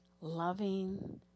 loving